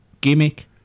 gimmick